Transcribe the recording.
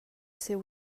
siu